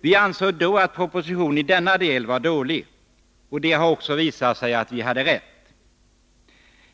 Vi ansåg då att propositionen i denna del var dålig, och det har också visat sig att vi hade rätt.